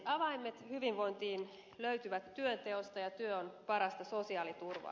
avaimet hyvinvointiin löytyvät työnteosta ja työ on parasta sosiaaliturvaa